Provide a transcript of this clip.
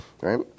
right